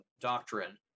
doctrine